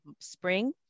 spring